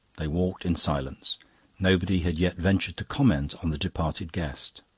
they walked in silence nobody had yet ventured to comment on the departed guest.